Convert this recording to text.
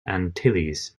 antilles